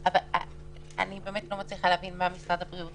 אבל לא משנה מה גודל המבנה.